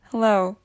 Hello